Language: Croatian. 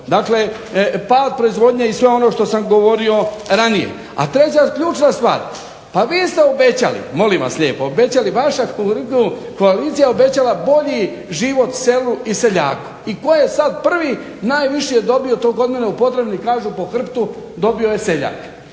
Dakle, pad proizvodnje i sve ono što sam govorio ranije. A treća, ključna stvar, pa vi ste obećali, molim vas lijepo, obećali vaša Kukuriku koalicija je obećala bolji život selu i seljaku. I tko je sad prvi najviše dobio to kod mene u Podravini kažu po hrbtu? Dobio je seljak